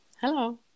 Hello